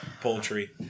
poultry